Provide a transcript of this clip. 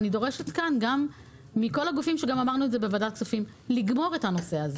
ואני דורשת כאן גם מכל הגופים לגמור את הנושא הזה.